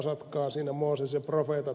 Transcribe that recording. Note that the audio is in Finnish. siinä mooses ja profeetat